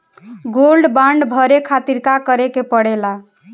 Gold bond भरे खातिर का करेके पड़ेला?